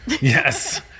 Yes